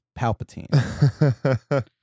palpatine